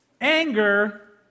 Anger